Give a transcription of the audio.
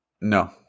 No